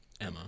Emma